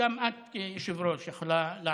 וגם את, היושבת-ראש, יכולה לעזור.